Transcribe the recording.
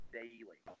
daily